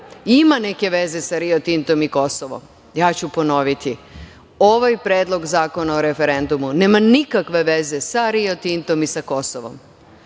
ima neke veze sa Rio Tintom i Kosovom, ja ću ponoviti, ovaj Predlog zakona o referendumu nema nikakve veze sa Rio Tintom i sa Kosovom.